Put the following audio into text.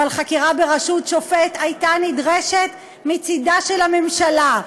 אבל חקירה בראשות שופט הייתה נדרשת מצדה של הממשלה,